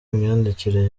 imyandikire